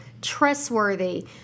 trustworthy